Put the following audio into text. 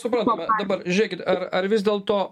suprantame dabar žiūrėkite ar vis dėlto